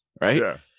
Right